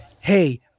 hey